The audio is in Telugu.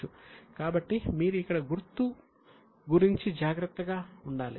కాబట్టి మీరు ఇక్కడ గుర్తు గురించి జాగ్రత్తగా ఉండాలి